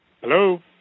Hello